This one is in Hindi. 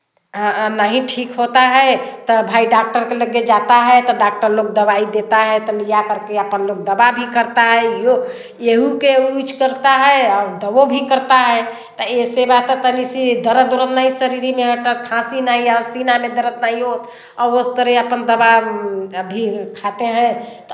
नहीं ठीक होता है त भाई डॉक्टर के लगे जाता है तो डॉक्टर लोग दवाई देता है तो लिया करके अपने लोग दवा भी करता है इहो एहू के यूज करता है और दवा भी करता है तो एसे रहता तनीसी दर्द उरद नहीं शरीर में होता खाँसी नहीं और सीना में दर्द नहीं होता और उस तरेह अपन दवा अभी खाते हैं